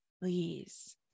Please